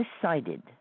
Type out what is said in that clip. decided